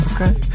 Okay